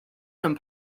from